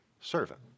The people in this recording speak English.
servant